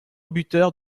buteur